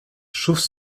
chauves